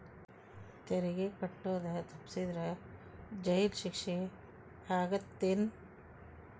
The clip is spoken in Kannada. ತೆರಿಗೆ ಕಟ್ಟೋದ್ ತಪ್ಸಿದ್ರ ಜೈಲ್ ಶಿಕ್ಷೆ ಆಗತ್ತೇನ್